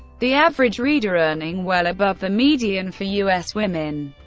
the average reader earning well above the median for u s. women.